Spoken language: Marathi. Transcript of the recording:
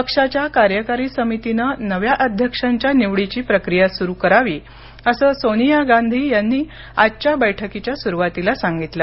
पक्षाच्या कार्यकारी समितीनं नव्या अध्यक्षांच्या निवडीची प्रक्रिया सुरू करावी असं सोनिया गांधी यांनी आजच्या बैठकीच्या सुरुवातीला सांगितलं